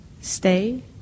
stay